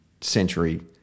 century